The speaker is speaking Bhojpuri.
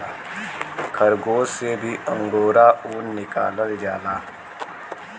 खरगोस से भी अंगोरा ऊन निकालल जाला